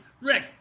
Rick